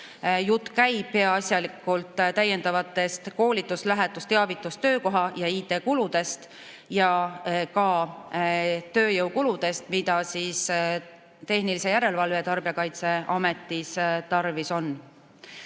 Jutt käib peaasjalikult täiendavatest koolitus-, lähetus-, teavitus-, töökoha- ja IT-kuludest ning ka tööjõukuludest, mida Tehnilise Järelevalve ja Tarbijakaitse Ametis tarvis on.